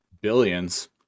Billions